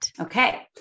Okay